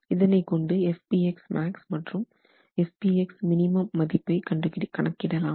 இதனை கொண்டு Fpxmax மற்றும் Fp xmin மதிப்பை கணக்கிடலாம்